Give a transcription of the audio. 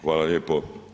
Hvala lijepo.